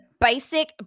basic